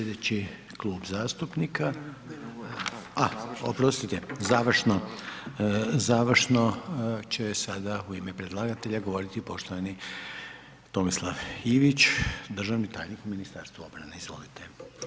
Slijedeći klub zastupnika, a, oprostite, završno će sada u ime predlagatelja govoriti poštovani Tomislav Ivić, državni tajnik u Ministarstvu obrane, izvolite.